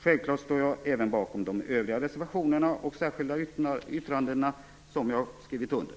Självklart står jag även bakom de övriga reservationer och särskilda yttranden som jag har skrivit under.